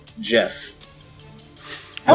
Jeff